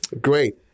Great